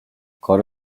کار